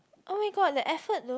oh my god that effort though